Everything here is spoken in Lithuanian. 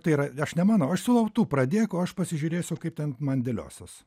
tai yra aš nemanau aš siūlau tu pradėk o aš pasižiūrėsiu kaip ten man dėliosis